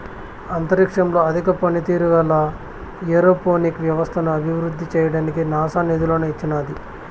అంతరిక్షంలో అధిక పనితీరు గల ఏరోపోనిక్ వ్యవస్థను అభివృద్ధి చేయడానికి నాసా నిధులను ఇచ్చినాది